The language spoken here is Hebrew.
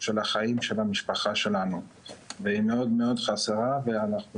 של החיים של המשפחה שלנו והיא מאוד מאוד חסרה ואנחנו